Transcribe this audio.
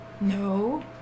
No